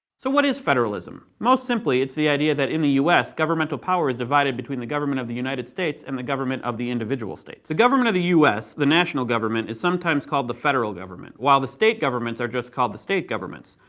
so what is federalism? most simply, it's the idea that in the us, governmental power is divided between the government of the united states and the government of the individual states. the government of the us, the national government, is sometimes called the federal government, while the state governments are just called the state governments.